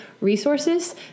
resources